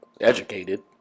educated